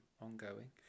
ongoing